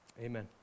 Amen